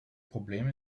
problem